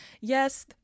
Yes